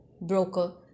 broker